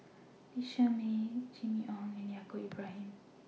Lee Shermay Jimmy Ong and Yaacob Ibrahim